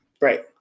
Right